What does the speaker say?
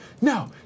no